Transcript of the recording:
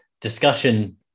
discussion